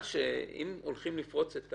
אם הולכים לפרוץ את